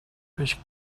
peix